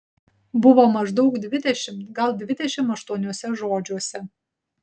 buvo maždaug dvidešimt gal dvidešimt aštuoniuose žodžiuose